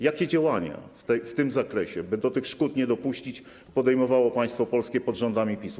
Jakie działania w tym zakresie, by do tych szkód nie dopuścić, podejmowało państwo polskie pod rządami PiS-u?